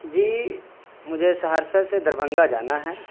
جی مجھے سہرسہ سے دربھنگہ جانا ہے